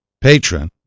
patron